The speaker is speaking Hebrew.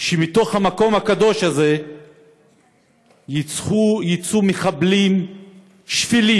שמתוך המקום הקדוש הזה יצאו מחבלים שפלים,